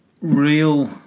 real